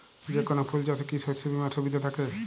যেকোন ফুল চাষে কি শস্য বিমার সুবিধা থাকে?